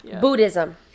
Buddhism